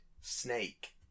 Snake